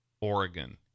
Oregon